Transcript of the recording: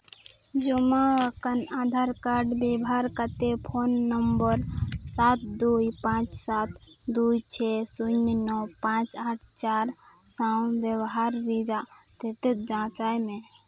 ᱡᱚᱢᱟᱣᱟᱠᱟᱱ Aadhaar card ᱵᱮᱵᱷᱟᱨ ᱠᱟᱛᱮ phone number ᱥᱟᱛ ᱫᱩᱭ ᱯᱟᱸᱪ ᱥᱟᱛ ᱫᱩ ᱪᱷᱮ ᱥᱩᱱᱱᱚ ᱱᱚ ᱯᱟᱸᱪ ᱟᱴ ᱪᱟᱨ ᱥᱟᱶ ᱵᱮᱵᱷᱟᱨ ᱨᱤᱭᱟᱜ ᱡᱟᱪᱟᱭ ᱢᱮ